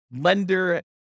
lender